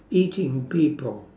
eating people